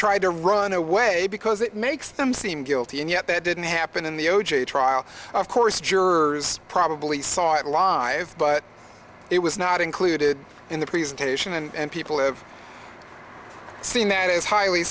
tried to run away because it makes them seem guilty and yet that didn't happen in the o j trial of course jurors probably saw it live but it was not included in the presentation and people have seen that is highly